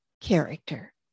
character